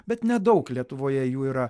bet nedaug lietuvoje jų yra